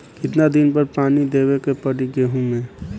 कितना दिन पर पानी देवे के पड़ी गहु में?